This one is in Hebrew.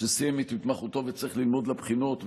שסיים את התמחותו וצריך ללמוד לבחינות,